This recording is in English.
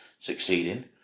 succeeding